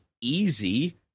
easy